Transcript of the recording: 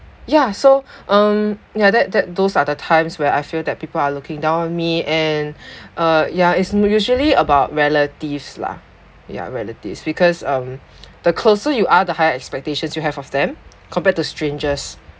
yeah so um ya that that those are the times where I feel that people are looking down on me and uh yeah it's usually about relatives lah ya relatives because um the closer you are the higher expectations you have of them compared to strangers